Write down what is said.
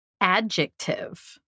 Adjective